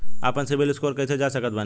आपन CIBIL score कैसे जांच सकत बानी?